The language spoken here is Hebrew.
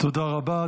תודה רבה.